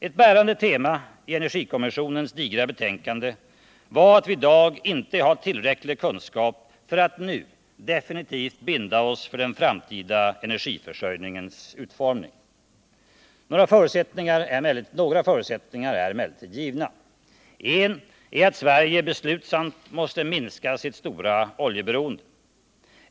Ett bärande tema i energikommissionens digra betänkande var att vi i dag inte har tillräcklig kunskap för att nu definitivt binda oss för den framtida energiförsörjningens utformning. Några förutsättningar är emellertid givna. En är att Sverige beslutsamt måste minska sitt stora oljeberoende.